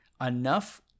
enough